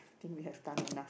I think we have done enough